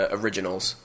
originals